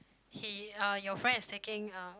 he uh your friend is taking uh